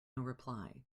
reply